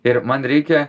ir man reikia